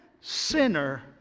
sinner